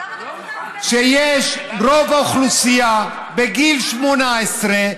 רוב האוכלוסייה בגיל 18,